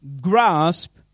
grasp